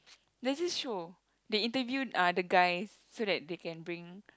there's this show they interview uh the guys so that they can bring